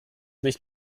nicht